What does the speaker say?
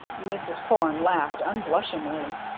mrs. porne laughed unblushingly.